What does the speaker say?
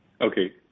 okay